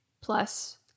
plus